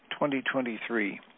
2023